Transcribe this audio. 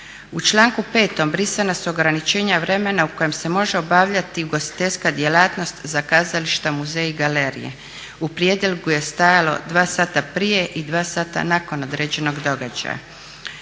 U članku 5.brisanja su ograničenja vremena u kojem se može obavljati ugostiteljska djelatnost za kazališta, muzeje i galerije. U prijedlogu je stajalo dva sata prije i dva sata nakon određenog događaja.